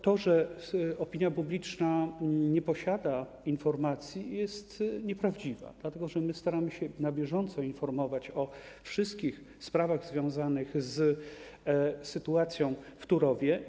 To, że opinia publiczna nie posiada informacji, jest nieprawdziwa, dlatego że staramy się na bieżąco informować o wszystkich sprawach związanych z sytuacją w Turowie.